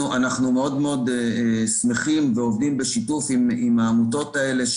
אנחנו מאוד שמחים ועובדים בשיתוף עם העמותות האלה,